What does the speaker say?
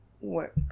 work